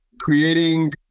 creating